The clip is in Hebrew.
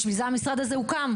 בשביל זה המשרד הזה הוקם.